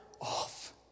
off